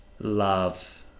love